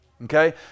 Okay